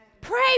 Pray